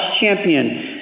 champion